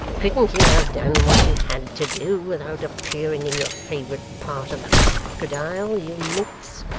couldn't you have done what you had to do, without appearing in your favourite part of the crocodile, you minx